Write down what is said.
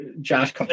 Josh